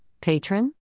patron